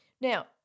Now